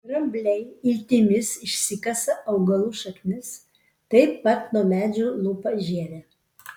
drambliai iltimis išsikasa augalų šaknis taip pat nuo medžių lupa žievę